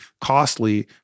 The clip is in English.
costly